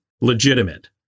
legitimate